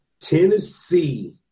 Tennessee